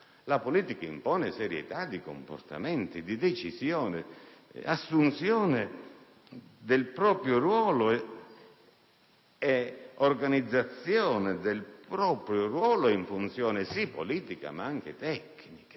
La politica impone serietà nei comportamenti, nelle decisioni, nell'assunzione del proprio ruolo e nell'organizzazione di tale ruolo in funzione politica ma anche tecnica.